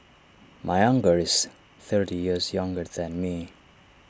my uncle is thirty years younger than me